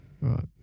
right